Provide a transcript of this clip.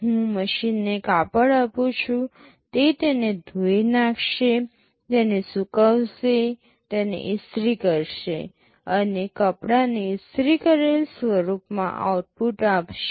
હું મશીનને કાપડ આપું છું તે તેને ધોઈ નાખશે તેને સૂકવશે તેને ઇસ્ત્રી કરશે અને કપડાને ઇસ્ત્રી કરેલ સ્વરૂપમાં આઉટપુટ આપશે